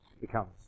becomes